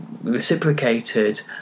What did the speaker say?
reciprocated